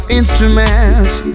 instruments